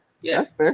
Yes